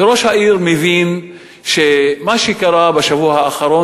ראש העיר מבין שמה שקרה בשבוע האחרון